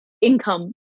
income